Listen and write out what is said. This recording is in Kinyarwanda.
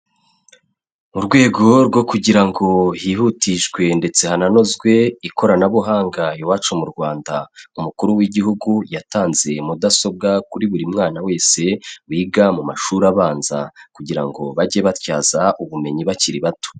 Mu rwego rwo kugira ngo hihutishwe ndetse hananozwe ikoranabuhanga iwacu mu Rwanda; Umukuru w'Igihugu yatanze mudasobwa kuri buri mwana wese wiga mu mashuri abanza, kugira ngo bajye batyaza ubumenyi bakiri bato.